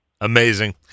Amazing